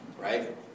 Right